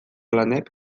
lanek